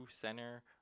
center